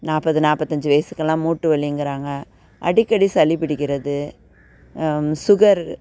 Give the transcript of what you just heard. நாற்பது நாற்பத்தஞ்சு வயதுக்குலாம் மூட்டு வலிங்கிறாங்க அடிக்கடி சளி பிடிக்கிறது சுகர்